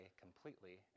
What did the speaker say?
completely